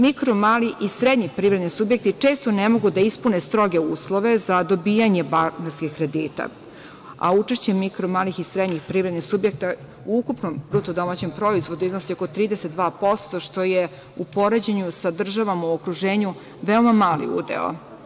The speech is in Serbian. Mikro, mali i srednji privredni subjekti često ne mogu da ispune stroge uslove za dobijanje bankarskih kredita, a učešće mikro, malih i srednjih privrednih subjekata u ukupnom BDP iznosi oko 32% što je u poređenju sa državama u okruženju veoma mali udeo.